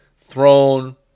throne